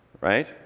right